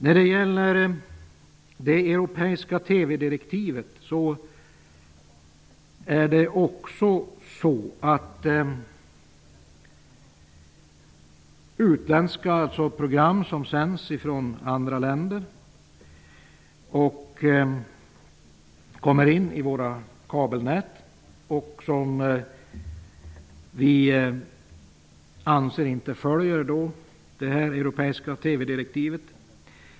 När det gäller det europeiska TV-direktivet vill jag säga att det enligt min uppfattning förekommer att utländska program som sänds från andra länder och som förmedlas via våra kabelnät inte är i överensstämmelse med det europeiska TV direktivet.